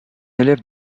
élève